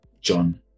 John